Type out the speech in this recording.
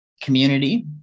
community